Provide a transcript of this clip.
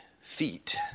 feet